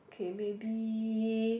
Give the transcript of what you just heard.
okay maybe